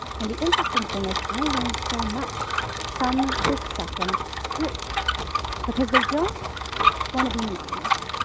and the interesting thing is, i learned so much from this second group because they don't want to be monogamous,